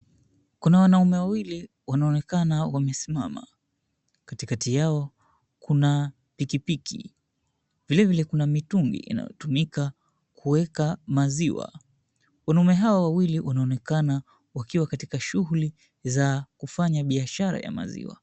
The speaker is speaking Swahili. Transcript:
Kuna wanaume wawili wanaonekana wamesimama. Katikati yao kuna pikipiki. Vile vile kuna mitungi inayotumika kuweka maziwa. Wanaume hawa wawili wanaonekana wakiwa katika shughuli za kufanya biashara ya maziwa.